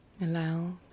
Allow